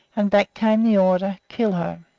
and back came the order, kill her.